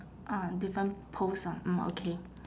ah different post ah mm okay